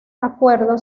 acuerdo